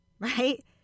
right